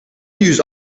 use